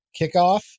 kickoff